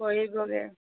কৰিবগে